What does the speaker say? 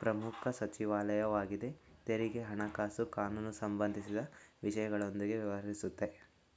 ಪ್ರಮುಖ ಸಚಿವಾಲಯ ವಾಗಿದೆ ತೆರಿಗೆ ಹಣಕಾಸು ಕಾನೂನುಸಂಬಂಧಿಸಿದ ವಿಷಯಗಳೊಂದಿಗೆ ವ್ಯವಹರಿಸುತ್ತೆ